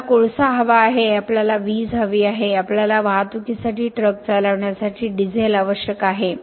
आपल्याला कोळसा हवा आहे आपल्याला वीज हवी आहे आपल्याला वाहतुकीसाठी ट्रक चालवण्यासाठी डिझेल आवश्यक आहे